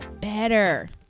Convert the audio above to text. better